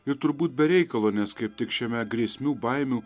ir turbūt be reikalo nes kaip tik šiame grėsmių baimių